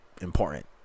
important